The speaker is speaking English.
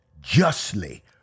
justly